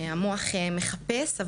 המוח מחפש.